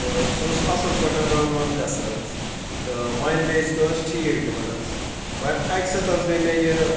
تہٕ سُہ اوس اَصٕل پٲٹھۍ رَن وَن گَژھان حظ تہٕ مَیلیج تہِ ٲس ٹھیٖک دِوان حظ مگر اَکہِ ساتہٕ حظ گٔیے مےٚ یہِ